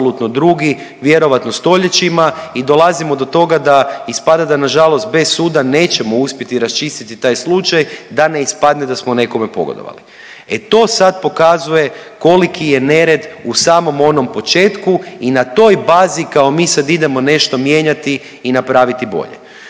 drugi, vjerojatno stoljećima i dolazimo do toga da ispada da nažalost bez suda nećemo uspjeti raščistiti taj slučaj da ne ispadne da smo nekome pogodovali. E to sad pokazuje koliki je nered u samom onom početku i na toj bazi, kao mi sad idemo nešto mijenjati i napraviti bolje.